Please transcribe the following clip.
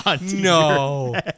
No